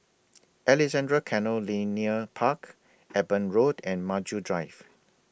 Alexandra Canal Linear Park Eben Road and Maju Drive